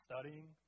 Studying